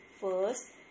First